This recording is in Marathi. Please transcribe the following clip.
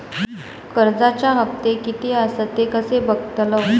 कर्जच्या हप्ते किती आसत ते कसे बगतलव?